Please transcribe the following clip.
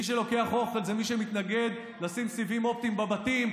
מי שלוקח אוכל זה מי שמתנגד לשים סיבים אופטיים בבתים,